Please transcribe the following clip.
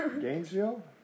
Gainesville